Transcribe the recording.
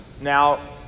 Now